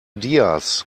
diaz